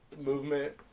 movement